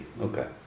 Okay